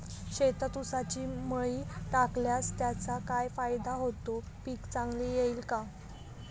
शेतात ऊसाची मळी टाकल्यास त्याचा काय फायदा होतो, पीक चांगले येईल का?